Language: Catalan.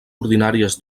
ordinàries